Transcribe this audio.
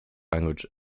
language